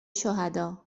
شهداء